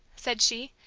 said she,